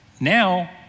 Now